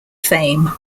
fame